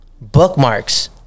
bookmarks